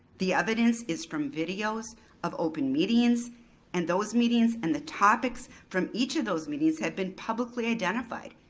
the evidence is from videos of open meetings and those meetings and the topics from each of those meetings have been publicly identified.